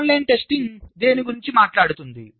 ఇప్పుడు ఆన్లైన్ పరీక్ష దేని గురించి మాట్లాడుతోంది